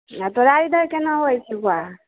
आ तोरा इधर केना होइ छौ पा